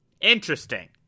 Interesting